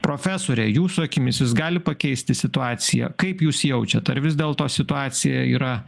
profesore jūsų akimis jis gali pakeisti situaciją kaip jūs jaučiat ar vis dėlto situacija yra